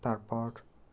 তারপর